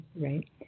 right